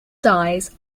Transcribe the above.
dyes